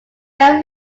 very